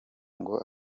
ngo